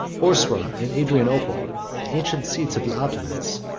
boursa and adrianople, the ancient seats of the ottomans,